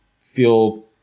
feel